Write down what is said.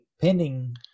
pending